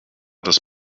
das